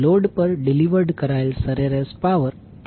load પર delivered કરાયેલ સરેરાશ પાવર કેટલો છે